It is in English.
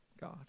God